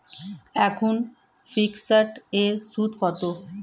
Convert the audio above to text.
এখন ফিকসড এর সুদ কত?